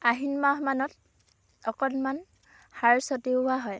আহিন মাহমানত অকণমান সাৰ ছটিওৱা হয়